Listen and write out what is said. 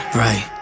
right